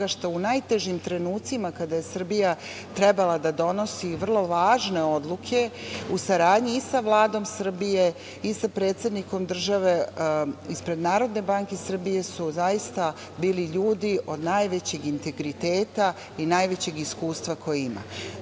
što u najtežim trenucima kada je Srbija trebala da donosi vrlo važne odluke u saradnji i sa Vladom Srbije i sa predsednikom države ispred Narodne banke Srbije su, zaista bili ljudi od najvećeg integriteta i najvećeg iskustva koji